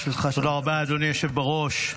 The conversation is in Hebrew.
תודה רבה, אדוני היושב בראש.